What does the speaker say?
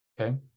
Okay